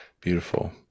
Beautiful